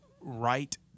right